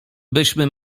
byśmy